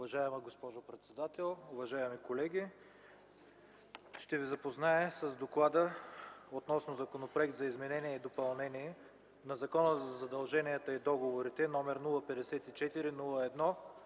Уважаема госпожо председател, уважаеми колеги, ще ви запозная с Доклада относно Законопроект за изменение и допълнение на Закона за задълженията и договорите, № 054-01-81,